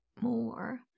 more